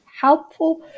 helpful